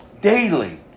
Daily